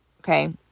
Okay